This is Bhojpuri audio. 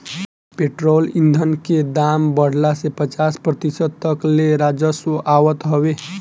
पेट्रोल ईधन के दाम बढ़ला से पचास प्रतिशत तक ले राजस्व आवत हवे